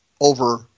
over